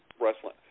wrestling